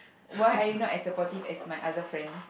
why are you not as supportive as my other friend